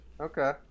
Okay